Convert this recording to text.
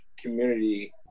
community